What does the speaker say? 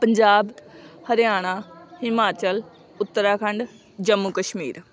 Punjab Haryana Himachal Uttarakhand Jammu Kashmir